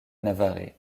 navarrais